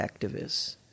activists